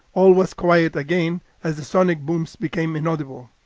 all was quiet again as the sonic booms became inaudible.